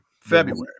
February